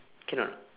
can or not